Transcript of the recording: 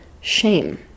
shame